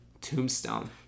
Tombstone